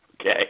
Okay